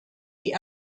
die